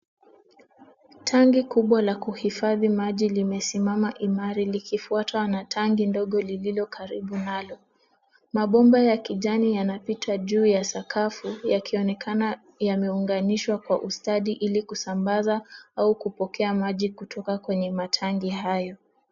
Tangi kubwa la kuhifadhi maji limesimama nyuma imara likifuatwa na tangi ndogo likiofuatwa karibu nalo. Mabomba ya kijani yanapita juu ya sakafu yakionekana yameunganishwa kwa ustadi ili kusambaza au kupokea maji kutoka kwenye matangi hayo.